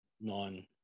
non